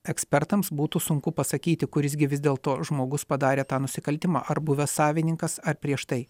ekspertams būtų sunku pasakyti kuris gi vis dėlto žmogus padarė tą nusikaltimą ar buvęs savininkas ar prieš tai